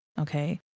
Okay